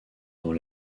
dans